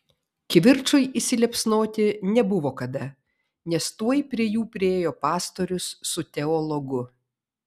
kivirčui įsiliepsnoti nebuvo kada nes tuoj prie jų priėjo pastorius su teologu